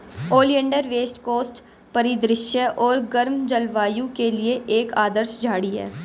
oleander west coast परिदृश्य और गर्म जलवायु के लिए एक आदर्श झाड़ी है